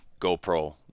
GoPro